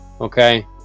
okay